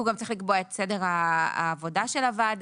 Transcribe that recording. השר גם צריך לקבוע את סדר העבודה של הוועדה.